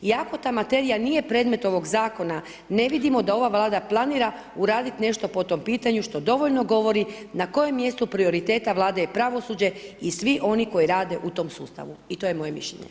Iako ta materija nije predmet ovog zakona, ne vidimo da ova Vlada planira uraditi nešto po tom pitanju što dovoljno govori na kojem mjestu prioriteta Vlade je pravosuđe i svi oni koji rade u tom sustavu i to je moje mišljenje.